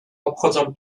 obchodzą